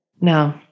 No